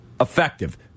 effective